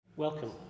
Welcome